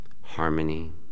harmony